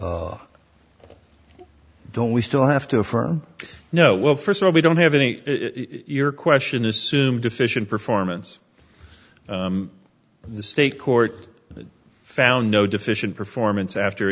that don't we still have to affirm i know well first of all we don't have any your question assumed deficient performance the state court found no deficient performance after